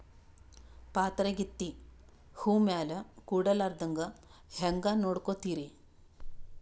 ಪಾತರಗಿತ್ತಿ ಹೂ ಮ್ಯಾಲ ಕೂಡಲಾರ್ದಂಗ ಹೇಂಗ ನೋಡಕೋತಿರಿ?